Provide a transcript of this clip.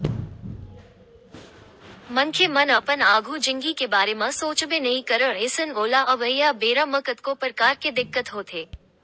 मनखे मन अपन आघु जिनगी के बारे म सोचबे नइ करय अइसन ओला अवइया बेरा म कतको परकार के दिक्कत होथे